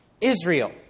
Israel